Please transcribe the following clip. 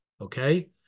okay